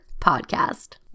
podcast